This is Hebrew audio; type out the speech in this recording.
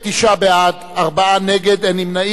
29 בעד, ארבעה נגד, אין נמנעים.